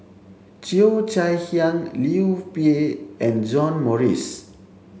Cheo Chai Hiang Liu Peihe and John Morrice